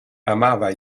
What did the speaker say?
amava